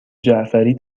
جعفری